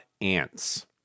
ants